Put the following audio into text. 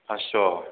पास्स'